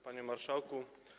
Panie Marszałku!